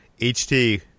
HT